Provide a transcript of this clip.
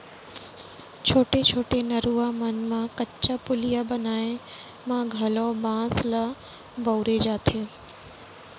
छोटे छोटे नरूवा मन म कच्चा पुलिया बनाए म घलौ बांस ल बउरे जाथे